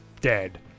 dead